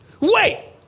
Wait